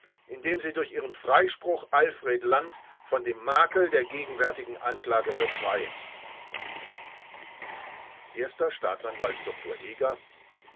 indem sie durch ihren freispruch alfred land von dem makel der gegenwärtigen anklage befreien erster staatsanwalt dr eger